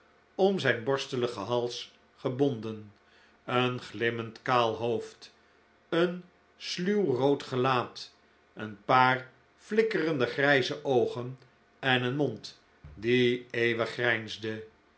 om zijn borsteligen hals gebonden een glimmend kaal hoofd een sluw rood gelaat een paar flikkerende grijze oogen en een mond die eeuwig grijnsde